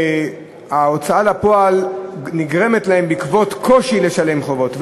ההוצאה לפועל נגרמת להם בעקבות קושי לשלם חובות,